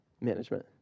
management